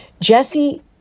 Jesse